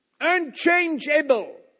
Unchangeable